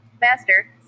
Master